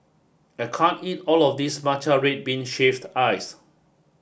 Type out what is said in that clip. I can't eat all of this Matcha Red Bean Shaved Ice